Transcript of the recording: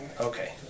Okay